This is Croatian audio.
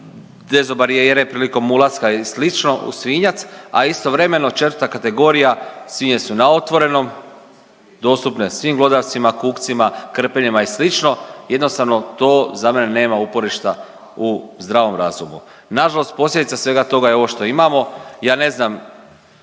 dezobarijere prilikom ulaska i slično u svinjac, a istovremeno 4. kategorija svinje su na otvorenom dostupne svim glodavcima, kukcima, krpeljima i slično. Jednostavno to za mene nema uporišta u zdravom razumu. Na žalost posljedica svega toga je ovo što imamo. Ja ne znam